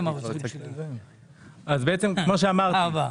כמו שאמרתי,